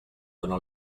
dóna